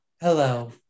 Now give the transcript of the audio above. Hello